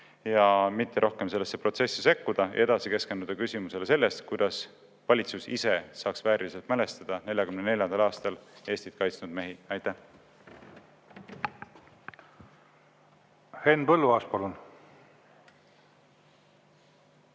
–, mitte rohkem sellesse protsessi sekkuda ning edasi keskenduda sellele küsimusele, kuidas valitsus ise saaks vääriliselt mälestada 1944. aastal Eestit kaitsnud mehi. Aitäh!